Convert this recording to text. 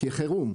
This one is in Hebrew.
כחירום,